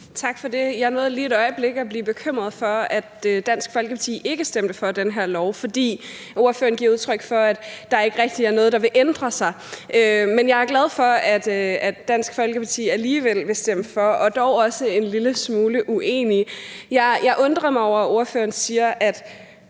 Tak for det. Jeg nåede lige et øjeblik at blive bekymret for, at Dansk Folkeparti ikke stemte for det her lovforslag, for ordføreren giver udtryk for, at der ikke rigtig er noget, der vil ændre sig. Men jeg er glad for, at Dansk Folkeparti alligevel vil stemme for, dog er jeg også en lille smule uenig. Jeg undrer mig over, at ordføreren siger, at